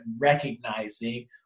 recognizing